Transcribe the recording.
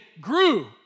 grew